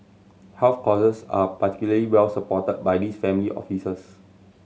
health causes are particularly well supported by these family offices